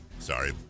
Sorry